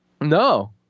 no